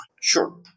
Sure